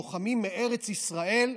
לוחמים מארץ ישראל,